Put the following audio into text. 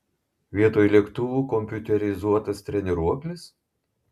vietoj lėktuvų kompiuterizuotas treniruoklis